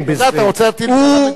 ודאי, אתה רוצה להטיל את זה על המדינה.